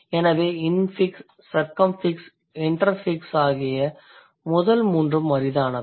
எனவே infix circumfix interfix ஆகிய முதல் மூன்றும் அரிதானவை